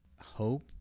Hope